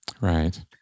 right